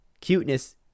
Cuteness